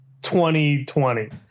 2020